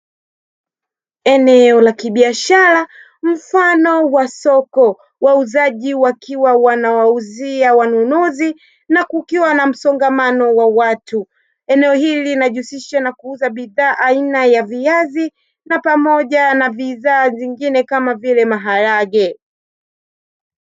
Eneo la kibiashara mfano wa soko, wauzaji wakiwa wanawauzia wanunuzi na kukiwa na msongamano wa watu; eneo hili linajihusisha na kuuza bidhaa aina ya viazi na pamoja na bidhaa zingine kama vile maharagwe.